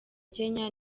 kenya